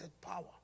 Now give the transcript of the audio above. power